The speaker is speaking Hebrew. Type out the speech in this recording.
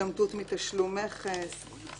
הצדקה לשינוי התפישה